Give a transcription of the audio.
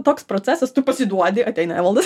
toks procesas tu pasiduodi ateina evaldas